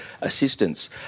assistance